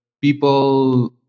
people